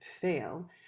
fail